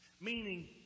Meaning